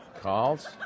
calls